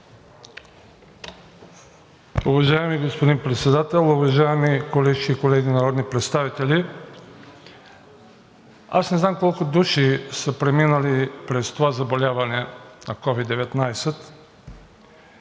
Уважаеми господин Председател, уважаеми колеги народни представители! Не знам колко души са преминали през това заболяване – COVID-19.